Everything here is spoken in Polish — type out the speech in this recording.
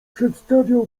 przedstawiał